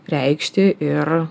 reikšti ir